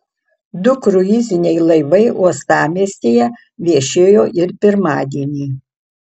du kruiziniai laivai uostamiestyje viešėjo ir pirmadienį